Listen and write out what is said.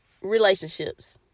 relationships